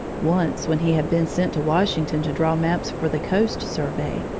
once, when he had been sent to washington to draw maps for the coast survey,